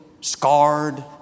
scarred